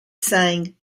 saying